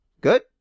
good